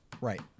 Right